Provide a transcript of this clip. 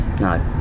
No